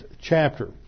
chapter